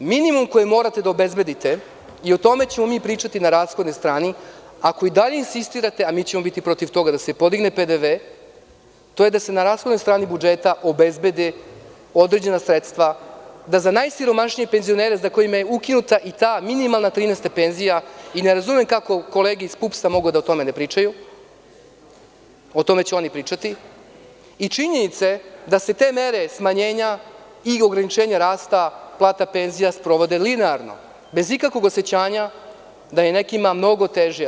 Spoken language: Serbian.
Minimum koji morate da obezbedite, i o tome ćemo mi pričati na rashodnoj strani, ako i dalje insistirate, a mi ćemo biti protiv toga da se podigne PDV, to je da se na rashodnoj strani budžeta obezbede određena sredstva i da za najsiromašnije penzionere za koje je ukinuta i ta minimalna 13. penzija i ne razumem kako kolege iz PUPS-a mogu da ne pričaju o tome, i činjenica je da se te mere smanjenja i ograničenja rasta plata i penzija sprovode linearno, bez ikakvog osećanja da je nekima mnogo teže.